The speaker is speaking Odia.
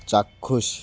ଚାକ୍ଷୁଷ